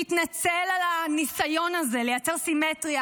תתנצל על הניסיון הזה לייצר סימטריה